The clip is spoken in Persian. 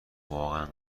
واقعا